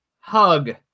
hug